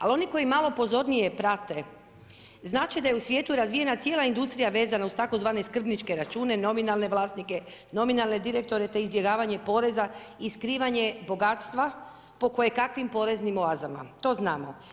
Ali oni koji malo pozornije prate znat će da je u svijetu razvijena cijela industrija vezana uz tzv. skrbničke račune, nominalne vlasnike, nominalne direktore te izbjegavanje poreza i skrivanje bogatstva po kojekakvim poreznim oazama, to znamo.